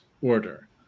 order